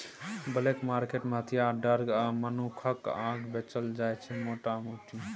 black market मे हथियार, drug आ मनुखक अंग बेचल जाइ छै मोटा मोटी